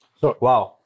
Wow